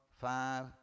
five